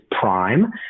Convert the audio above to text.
prime